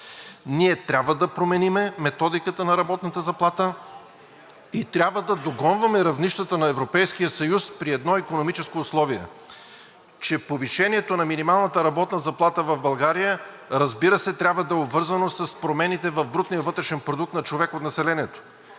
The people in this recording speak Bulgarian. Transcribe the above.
Ние трябва да променим методиката на работната заплата и трябва да догонваме равнищата на Европейския съюз при едно икономическо условие – че повишението на минималната работна заплата в България, разбира се, трябва да е обвързано с промените на брутния вътрешен продукт на човек от населението.